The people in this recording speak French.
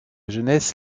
jeunesse